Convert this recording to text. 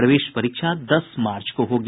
प्रवेश परीक्षा दस मार्च को होगी